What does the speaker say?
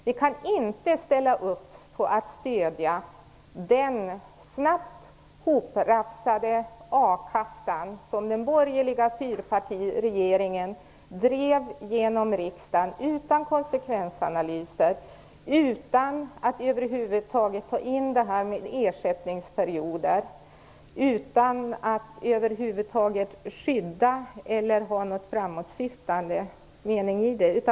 Vi kan inte stödja den snabbt hoprafsade a-kassa som den borgerliga fyrpartiregeringen drev igenom i riksdagen utan konsekvensanalyser, utan att över huvud taget ta med detta med ersättningsperioder, utan att vara framåtsyftande.